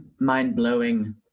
Mind-blowing